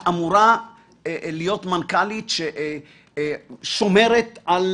את אמורה להיות מנכ"לית ששומרת על